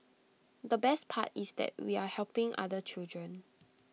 the best part is that we are helping other children